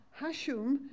Hashum